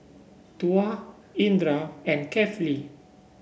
Tuah Indra and Kefli